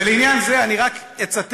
ולעניין זה, אני רק אצטט